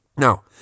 Now